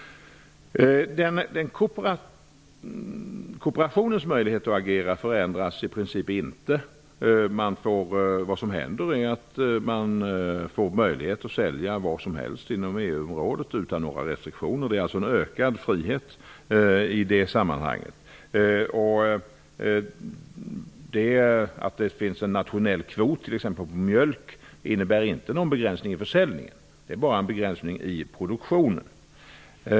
Korporationens möjligheter att agera förändras i princip inte. Vad som händer är att man får möjlighet att sälja vad som helst inom EU-området utan några restriktioner. Det bli alltså en ökad frihet i det sammanhanget. Att det finns en nationell kvot, t.ex. när det gäller mjölk, innebär inte någon begränsning i försäljningen. Det innebär bara en begränsning i produktionen.